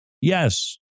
Yes